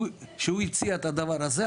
שהוא הציע את הדבר הזה.